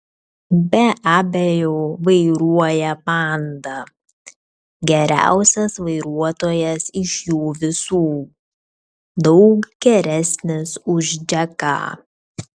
be abejo vairuoja panda geriausias vairuotojas iš jų visų daug geresnis už džeką